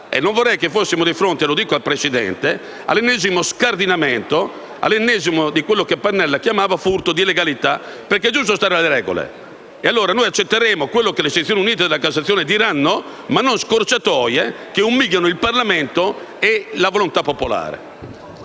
Non vorrei che fossimo di fronte - lo dico al Presidente - all'ennesimo scardinamento, all'ennesimo esempio di ciò che Pannella chiamava "furto di legalità". È giusto stare alle regole. Noi accetteremo quello che le sezioni unite della Cassazione diranno, ma non accetteremo scorciatoie che umiliano il Parlamento e la volontà popolare.